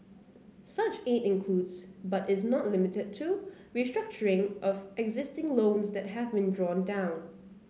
such aid includes but is not limited to restructuring of existing loans that have been drawn down